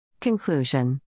Conclusion